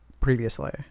previously